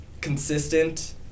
consistent